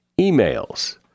emails